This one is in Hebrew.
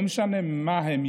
לא משנה מה הם,